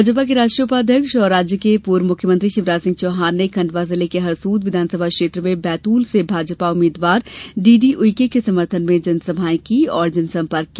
भाजपा के राष्ट्रीय उपाध्यक्ष और राज्य के पूर्व मुख्यमंत्री शिवराज सिंह चौहान ने खंडवा जिले के हरसुद विधानसभा क्षेत्र में बैतूल से भाजपा उम्मीदवार डीडी उइके के समर्थन में जनसभाएं की और जनसंपर्क किया